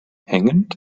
hängend